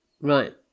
Right